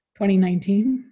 2019